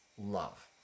love